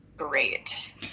great